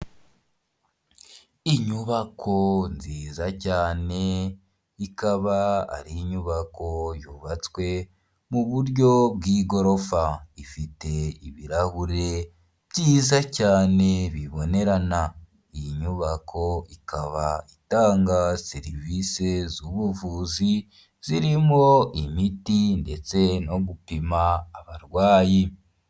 Inyubako nziza cyane ikaba ari inyubako yubatswe mu buryo bw'igorofa ifite ibirahure byiza cyane bibonerana, iyi nyubako ikaba itanga serivisi z'ubuvuzi zirimo imiti ndetse no gupima abarwayi.